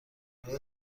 آیا